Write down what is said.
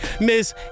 Miss